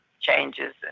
changes